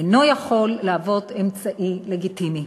אינו יכול להוות אמצעי לגיטימי.